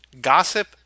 gossip